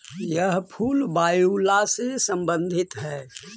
यह फूल वायूला से संबंधित हई